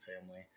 family